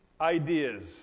ideas